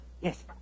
yes